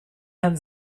herrn